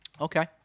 Okay